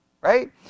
right